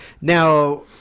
Now